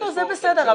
זה בסדר,